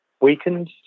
weakened